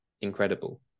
incredible